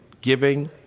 giving